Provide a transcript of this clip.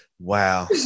Wow